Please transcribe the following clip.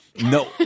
No